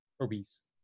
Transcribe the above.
obese